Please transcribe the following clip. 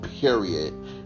period